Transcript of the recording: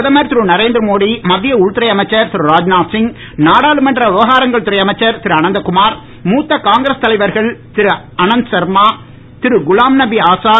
பிரதமர் திரு நரேந்திரமோடி மத்திய உள்துறை அமைச்சர் திரு ராஜ்நாத்சிங் நாடாளுமன்ற விவகாரங்கள் துறை அமைச்சர் திரு அனந்தகுமார் மூத்த காங்கிரஸ் தலைவர்கள் திரு ஆனந்த சர்மா திரு குலாம் நபி ஆசாத்